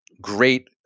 great